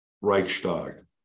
Reichstag